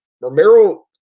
Romero